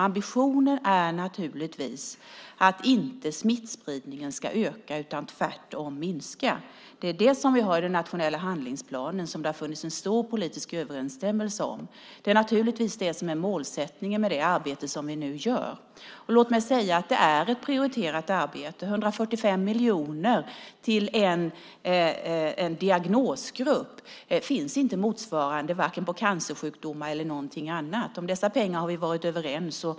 Ambitionen är naturligtvis att smittspridningen inte ska öka, utan tvärtom minska. Det är det som vi har i den nationella handlingsplanen, som det har funnits stor politisk enighet om. Det är naturligtvis det som är målsättningen med det arbete vi nu gör. Låt mig säga att det är ett prioriterat arbete. Det går 145 miljoner till en diagnosgrupp. Det finns inte någonting motsvarande, varken för cancersjukdomar eller för någonting annat. Om dessa pengar har vi varit överens.